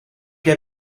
jij